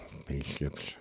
spaceships